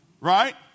right